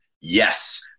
yes